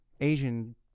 asian